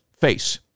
face